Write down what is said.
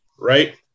right